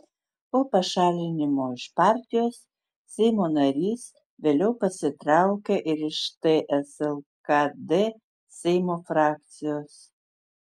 po pašalinimo iš partijos seimo narys vėliau pasitraukė ir iš ts lkd seimo frakcijos